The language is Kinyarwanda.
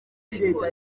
ariko